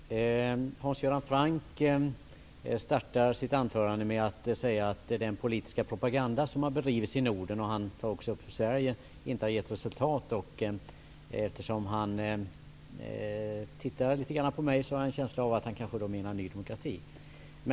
Herr talman! Hans Göran Franck inledde sitt anförande med att säga att den politiska propaganda som har bedrivits i Norden -- också i Sverige -- inte har gett resultat. Eftersom Hans Göran Franck tittade åt mitt håll, fick jag en känsla av att han kanske syftade på Ny demokrati.